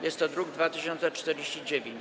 Jest to druk nr 2049.